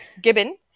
Gibbon